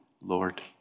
Lord